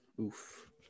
Oof